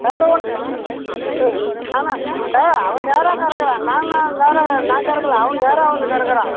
வேற ஒன்றும் இல்லை ம் ஆனால் இப்போ அவன் நேராக கறக்கிறான் நான்லாம் வேற நான் கறக்கலை அவன் நேராக வந்து கறக்கிறான்